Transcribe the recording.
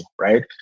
right